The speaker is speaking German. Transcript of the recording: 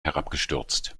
herabgestürzt